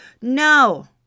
No